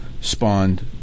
spawned